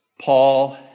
Paul